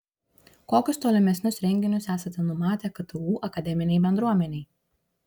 kokius tolimesnius renginius esate numatę ktu akademinei bendruomenei